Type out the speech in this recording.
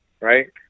right